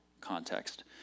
context